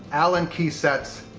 allen key sets.